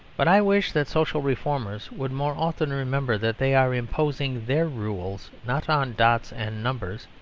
but i wish that social reformers would more often remember that they are imposing their rules not on dots and numbers,